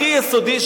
הכי יסודי,